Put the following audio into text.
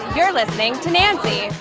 you're listening to nancy.